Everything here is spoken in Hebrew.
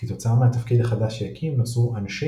כתוצאה מהתפקיד החדש שהקים נוצרו "אנשי